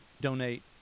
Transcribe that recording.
donate